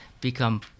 become